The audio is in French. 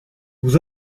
vous